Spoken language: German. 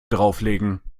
drauflegen